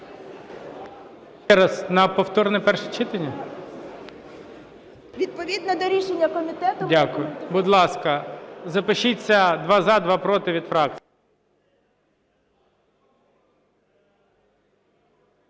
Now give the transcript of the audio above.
Дякую. Будь ласка, запишіться: два – за, два – проти, від фракцій.